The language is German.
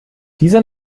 dieser